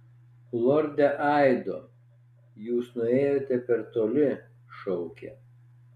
lorde aido jūs nuėjote per toli šaukė